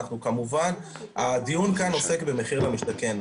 כמובן הדיון כאן עוסק במחיר למשתכן.